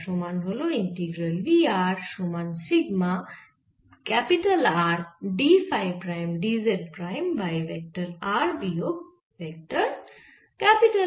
যার সমান হল ইন্টিগ্রাল v r সমান sigma R d phi prime d z prime by vector r বিয়োগ ভেক্টর R